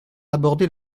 aborder